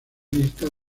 listas